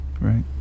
Right